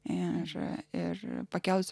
ir ir pakels